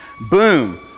Boom